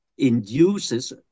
induces